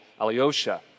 Alyosha